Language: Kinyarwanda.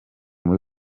muri